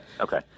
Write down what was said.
okay